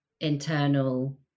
internal